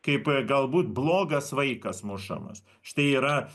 kaip galbūt blogas vaikas mušamas štai yra